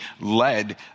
led